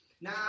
Now